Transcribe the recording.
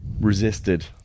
resisted